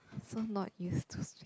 so not used to